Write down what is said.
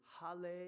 hallelujah